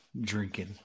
drinking